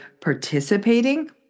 participating